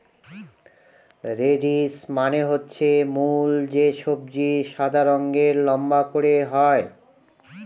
radish মানে হচ্ছে মূল যে সবজি সাদা রঙের লম্বা করে হয়